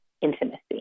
intimacy